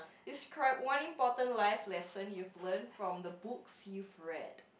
describe one important life lesson you've learned from the books you've read